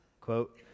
quote